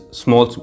small